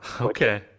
Okay